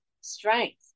strength